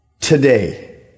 today